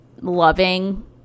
loving